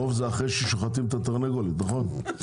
עוף זה אחרי ששוחטים את התרנגולת, נכון?